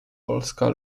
polska